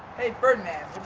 hey ferdinand,